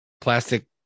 plastic